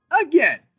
again